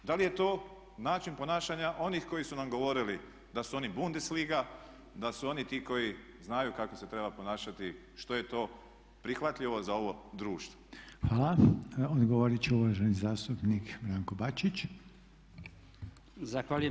Da li je to način ponašanja onih koji su nam govorili da su oni Bundes liga, da su oni ti koji znaju kako se treba ponašati, što je to prihvatljivo za ovo društvo.